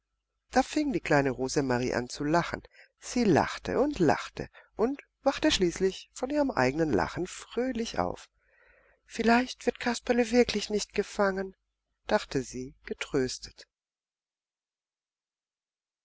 da fing die kleine rosemarie an zu lachen sie lachte und lachte und wachte schließlich von ihrem eigenen lachen fröhlich auf vielleicht wird kasperle wirklich nicht gefangen dachte sie getröstet